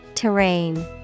terrain